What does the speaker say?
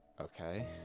Okay